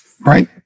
right